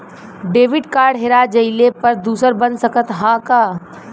Debit card हेरा जइले पर दूसर बन सकत ह का?